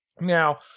Now